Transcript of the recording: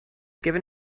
given